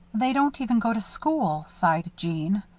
they don't even go to school, sighed jeanne.